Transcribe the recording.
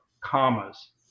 commas